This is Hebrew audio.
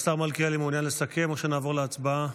השר מלכיאלי, מעוניין לסכם או שנעבור להצבעה?